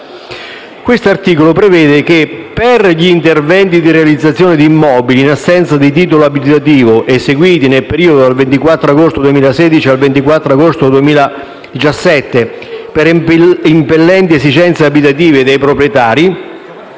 abitative)* 1. Per gli interventi di realizzazione di immobili in assenza di titolo abilitativo eseguiti nel periodo compreso tra il 24 agosto 2016 e il 24 agosto 2017 per impellenti esigenze abitative dai proprietari,